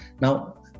Now